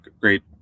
great